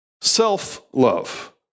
self-love